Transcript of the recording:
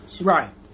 Right